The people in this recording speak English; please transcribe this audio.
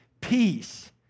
peace